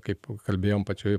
kaip kalbėjom pačioj